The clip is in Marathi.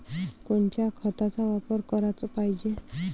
कोनच्या खताचा वापर कराच पायजे?